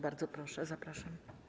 Bardzo proszę, zapraszam.